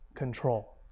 control